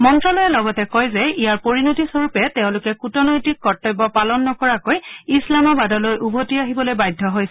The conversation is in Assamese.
মন্ত্যালয়ে লগতে কয় যে ইয়াৰ পৰিণতিস্বৰূপে তেওঁলোকে কুটনৈতিক কৰ্তব্য পালন নকৰাকৈ ইছলামাবাদলৈ উভতি আহিবলৈ বাধ্য হৈছিল